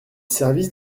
services